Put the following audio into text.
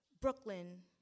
Brooklyn